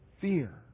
Fear